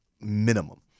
minimum